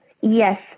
Yes